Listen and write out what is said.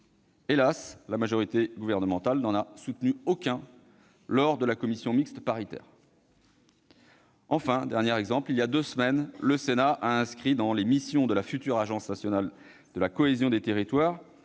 Las, la majorité gouvernementale n'en a soutenu aucun lors de la commission mixte paritaire. Enfin, il y a deux semaines, le Sénat a inscrit dans les missions de la future Agence nationale de la cohésion des territoires